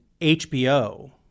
HBO